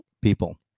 people